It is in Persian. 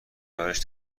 براش